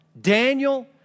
Daniel